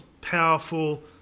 powerful